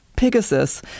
Pegasus